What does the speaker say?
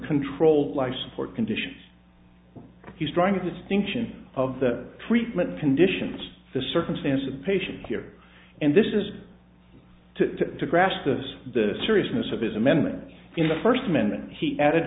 control life support condition he's drawing a distinction of the treatment conditions the circumstance of the patient here and this is to grasp this the seriousness of his amendment in the first amendment he added